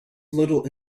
little